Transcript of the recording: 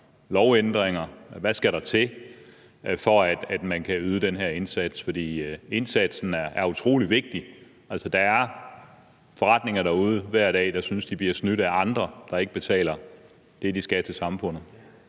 lovændringer? Hvad skal der til for, at man kan yde den her indsats, for indsatsen er utrolig vigtig? Altså, der er hver dag forretninger derude, som synes, de bliver snydt af andre, der ikke betaler det, de skal, til samfundet.